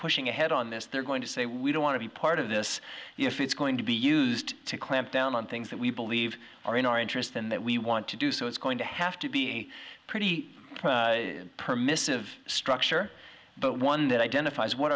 pushing ahead on this they're going to say we don't want to be part of this if it's going to be used to clamp down on things that we believe are in our interest and that we want to do so it's going to have to be a pretty permissive structure but one that identifies